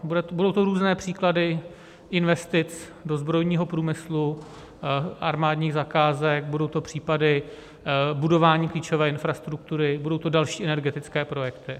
Budou to různé příklady investic do zbrojního průmyslu, armádních zakázek, budou to případy budování klíčové infrastruktury, budou to další energetické projekty.